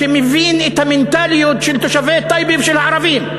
שמבין את המנטליות של תושבי טייבה ושל הערבים.